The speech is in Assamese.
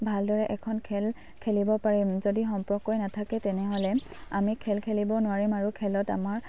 ভালদৰে এখন খেল খেলিব পাৰিম যদি সম্পৰ্কই নাথাকে তেনেহ'লে আমি খেল খেলিব নোৱাৰিম আৰু খেলত আমাৰ